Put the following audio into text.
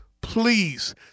please